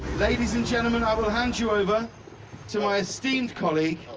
ladies and gentlemen, i will hand you over to my esteemed colleague,